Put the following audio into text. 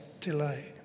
delay